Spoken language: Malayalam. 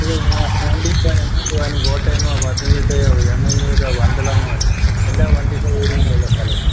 ഇനി നിങ്ങൾ പോണ്ടിക്കലെങ്ങും പോവാനും കോട്ടയമോ പത്തനംതിട്ടയോ ചെങ്ങന്നൂരോ പന്തളമോ എല്ലാ വണ്ടി സൗകര്യങ്ങളുള്ള സ്ഥലവാണ്